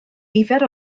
nifer